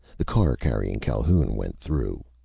the car carrying calhoun went through.